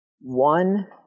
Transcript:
One